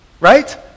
Right